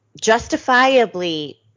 justifiably